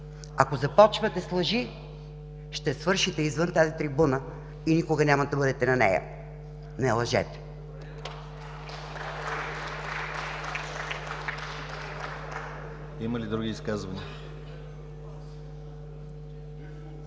ако започвате с лъжи, ще свършите извън тази трибуна и никога няма да бъдете на нея. Не лъжете!